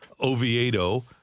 Oviedo